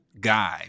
guy